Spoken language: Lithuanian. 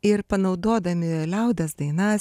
ir panaudodami liaudies dainas